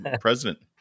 president